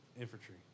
infantry